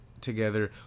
together